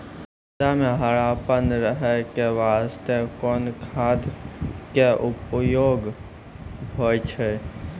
पौधा म हरापन रहै के बास्ते कोन खाद के उपयोग होय छै?